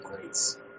greats